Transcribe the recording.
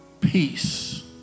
peace